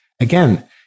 Again